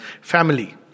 family